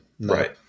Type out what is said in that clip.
Right